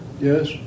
Yes